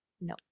No